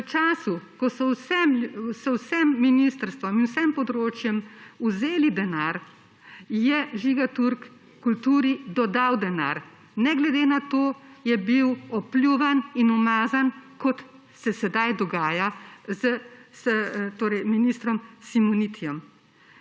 V času ko so vsem ministrstvom in vsem področjem vzeli denar, je Žiga Turk kulturi dodal denar. Ne glede na to je bil opljuvan in umazan, kot se sedaj dogaja z ministrom Simonitijem.